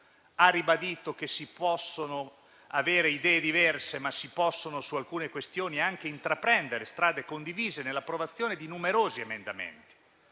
ha ribadito che si possono avere idee diverse, ma che su alcune questioni si possono anche intraprendere strade condivise nell'approvazione di numerosi emendamenti.